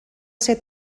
ser